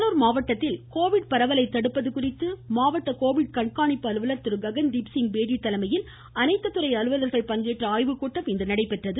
கடலூர் மாவட்டத்தில் கோவிட் பரவலை தடுப்பது குறித்து மாவட்ட கோவிட் கண்காணிப்பு அலுவலர் திரு ககன்தீப்சிங் தலைமையில் அனைத்து துறை அலுவலர்கள் பங்கேற்ற ஆய்வுக்கூட்டம் இன்று நடைபெற்றது